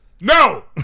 No